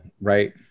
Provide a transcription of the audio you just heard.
right